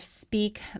speak